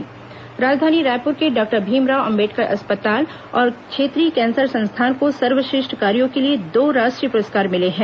अंबेडकर अस्पताल प्रस्कार राजधानी रायपुर के डॉक्टर भीमराव अंबेडकर अस्पताल और क्षेत्रीय कैंसर संस्थान को सर्वश्रेष्ठ कार्यो के लिए दो राष्ट्रीय पुरस्कार मिले हैं